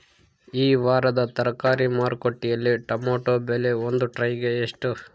ಈ ವಾರದ ತರಕಾರಿ ಮಾರುಕಟ್ಟೆಯಲ್ಲಿ ಟೊಮೆಟೊ ಬೆಲೆ ಒಂದು ಟ್ರೈ ಗೆ ಎಷ್ಟು?